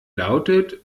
lautet